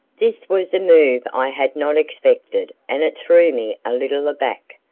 this was a move i had not expected and it threw me a little aback,